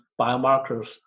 biomarkers